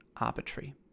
Arbitrary